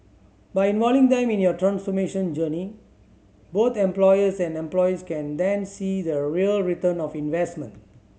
by involving them in your transformation journey both employers and employees can then see the real return of investment